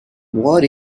what